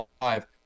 five